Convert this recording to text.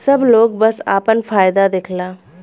सब लोग बस आपन फायदा देखला